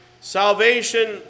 Salvation